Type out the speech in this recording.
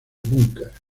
búnker